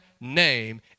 name